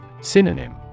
Synonym